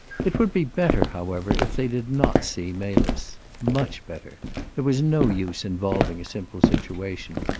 it would be better, however, if they did not see melis. much better there was no use involving a simple situation.